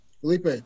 Felipe